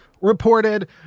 reported